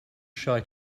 shy